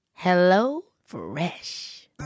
HelloFresh